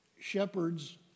Shepherds